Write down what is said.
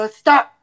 stop